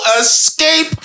escape